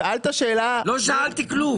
שאלת שאלה -- לא שאלתי כלום.